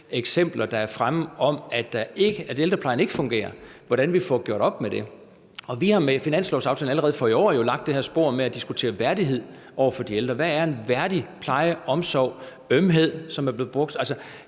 eksempler, der er fremme om, at ældreplejen ikke fungerer, får gjort op med det. Vi har med finanslovsaftalen for i år jo allerede lagt det her spor med at diskutere værdighed for de ældre. Hvad er værdig pleje, omsorg, ømhed, som det er blevet sagt?